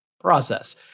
process